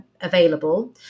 available